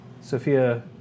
Sophia